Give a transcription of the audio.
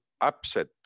upset